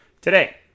today